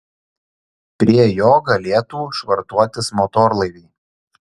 prie jo galėtų švartuotis motorlaiviai